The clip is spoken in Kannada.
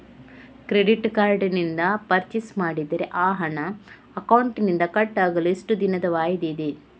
ಕ್ರೆಡಿಟ್ ಕಾರ್ಡ್ ನಿಂದ ಪರ್ಚೈಸ್ ಮಾಡಿದರೆ ಆ ಹಣ ಅಕೌಂಟಿನಿಂದ ಕಟ್ ಆಗಲು ಎಷ್ಟು ದಿನದ ವಾಯಿದೆ ಇದೆ?